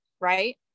Right